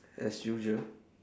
as usual